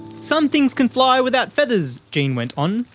some things can fly without feathers, jean went on.